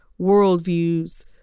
worldviews